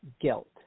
guilt